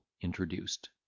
introduced